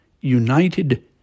united